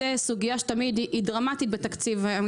זו סוגיה שהיא תמיד דרמטית בתקציב של